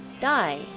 die